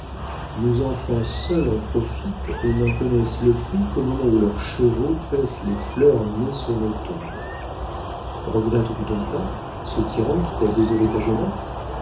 nos enfants seuls en profitent et n'en connaissent le prix qu'au moment où leurs chevaux paissent les fleurs nées sur nos tombes regrettes tu ton père ce tyran qui t'a désolé ta jeunesse